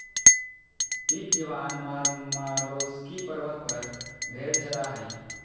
Pip Ivan Marmaroski पर्वत पर भेड़ चरा हइ